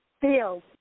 field